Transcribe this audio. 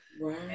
Right